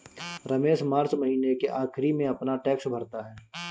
Ramesh March महीने के आखिरी में अपना टैक्स भरता है